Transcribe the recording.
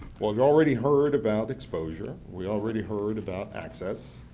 well you already heard about exposure, we already heard about access,